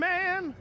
Man